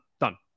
done